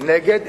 נגד,